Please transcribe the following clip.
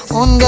on